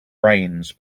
rains